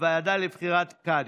הוועדה לבחירת קאדים.